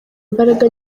imbaraga